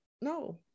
no